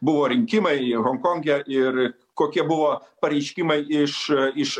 buvo rinkimai honkonge ir kokie buvo pareiškimai iš iš